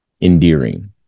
endearing